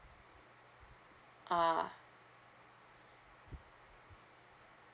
ah